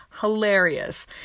hilarious